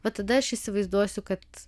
va tada aš įsivaizduosiu kad